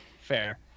Fair